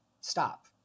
stop